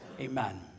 Amen